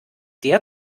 der